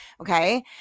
okay